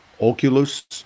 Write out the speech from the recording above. Oculus